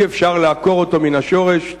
אי-אפשר לעקור אותו מהשורש.